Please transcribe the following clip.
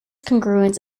congruence